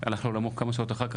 הלך לעולמו כמה שעות אחר כך.